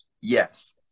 Yes